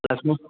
ಕ್ಯಾಶನ್ನು